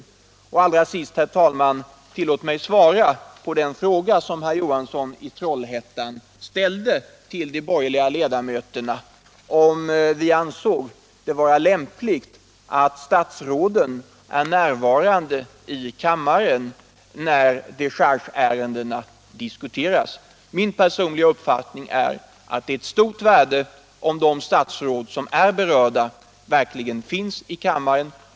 Tillåt mig till sist, herr talman, svara på den fråga som herr Johansson i Trollhättan ställde till de borgerliga ledamöterna. Han undrade om vi ansåg det vara lämpligt att statsråden är närvarande i kammaren då dechargeärendena diskuteras. Min personliga uppfattning är att det är av stort värde om berörda statsråd finns i kammaren.